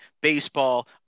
baseball